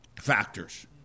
factors